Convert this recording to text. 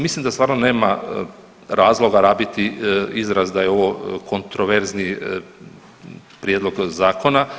Mislim da stvarno nema razloga rabiti izraz da je ovo kontroverzni prijedlog zakona.